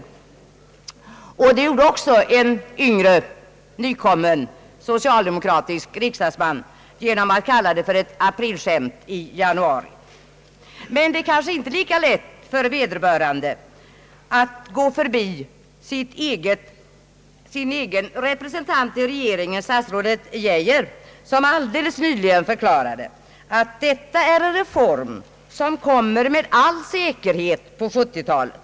Det gjorde också en yngre nykommen socialdemokratisk riksdagsman genom att kalla den för ett aprilskämt i januari. Men det kanske inte är lika lätt för vederbörande att gå förbi sin egen representant i regeringen, statsrådet Geijer, som alldeles nyligen förklarade att detta är en reform som med all säkerhet kommer på 1970-talet.